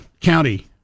County